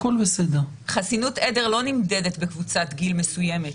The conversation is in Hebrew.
חסינות עדר לא נמדדת בקבוצת גיל מסוימת.